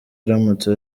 aramutse